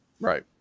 Right